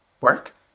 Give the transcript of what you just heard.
work